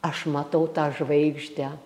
aš matau tą žvaigždę